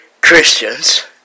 Christians